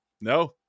no